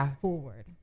forward